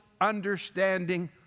understanding